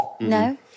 No